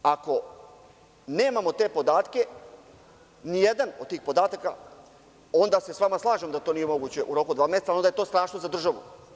Ako nemamo te podatke, nijedan od tih podataka onda se sa vama slažem da to nije moguće u roku od dva meseca i onda je to strašno za državu.